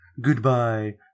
goodbye